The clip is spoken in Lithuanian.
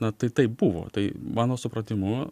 na tai taip buvo tai mano supratimu